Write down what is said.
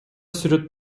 сүрөт